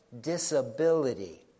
disability